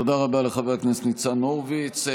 תודה רבה לחבר הכנסת ניצן הורוביץ.